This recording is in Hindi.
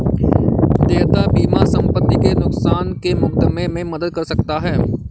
देयता बीमा संपत्ति के नुकसान के मुकदमे में मदद कर सकता है